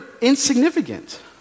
insignificant